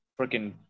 freaking